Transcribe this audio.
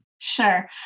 Sure